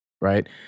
right